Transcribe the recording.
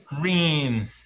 Green